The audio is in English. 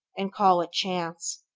and call it chance.